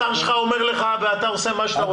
השר שלך אומר לך ואתה עושה מה שאתה רוצה.